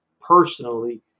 personally